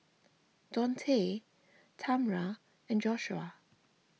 Daunte Tamra and Joshuah